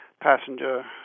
passenger